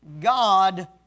God